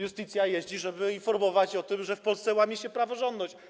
Iustitia jeździ tam, żeby informować o tym, że w Polsce łamie się praworządność.